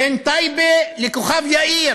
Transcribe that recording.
בין טייבה לכוכב-יאיר,